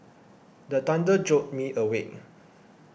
the thunder jolt me awake